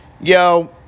Yo